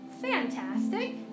fantastic